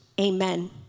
Amen